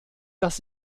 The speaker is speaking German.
dass